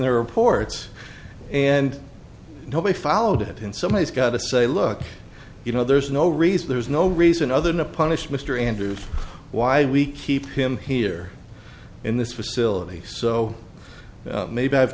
their reports and nobody followed it in some ways got to say look you know there's no reason there's no reason other than a punish mr andrews why we keep him here in this facility so maybe i have